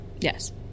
yes